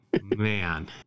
Man